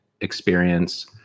experience